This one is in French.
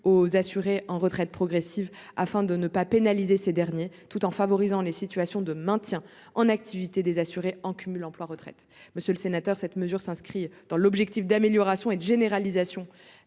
aux assurés en retraite progressive, afin de ne pas pénaliser ces derniers, tout en favorisant les situations de maintien en activité des assurés en cumul emploi-retraite. Cette mesure s'inscrit dans l'objectif d'amélioration et de généralisation